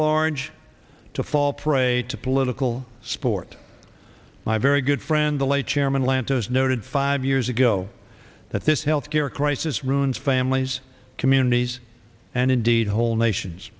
large to fall prey to political support my very good friend the late chairman lantos noted five years ago that this health care crisis ruins families communities and indeed whole nations